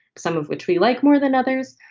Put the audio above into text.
some of which we like more than others.